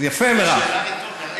יפה, מירב.